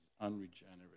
unregenerate